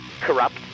corrupt